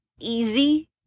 easy